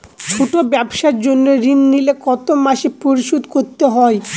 ছোট ব্যবসার জন্য ঋণ নিলে কত মাসে পরিশোধ করতে হয়?